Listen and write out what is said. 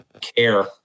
care